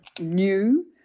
new